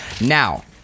Now